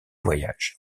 voyages